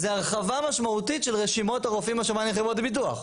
זה הרחבה משמעותית של רשימות הרופאים בשב"ן ובחברות הביטוח.